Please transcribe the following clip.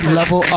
level